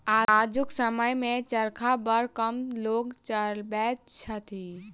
आजुक समय मे चरखा बड़ कम लोक चलबैत छथि